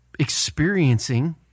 experiencing